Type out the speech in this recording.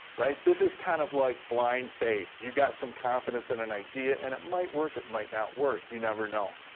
this is kind of like blind faith. you got some confidence in an idea, and it might work, it might not work. you never know.